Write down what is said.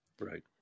right